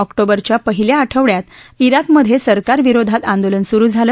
ऑक्टोबरच्या पहिल्या आठवड्यात जिकमध्ये सरकारविरोधात आंदोलन सुरु झालं